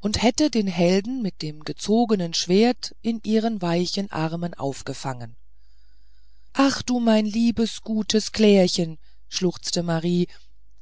und hätte den helden mit dem gezogenen schwert in ihren weichen armen aufgefangen ach du liebes gutes klärchen schluchzte marie